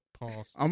Pause